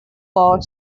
for